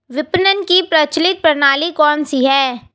विपणन की प्रचलित प्रणाली कौनसी है?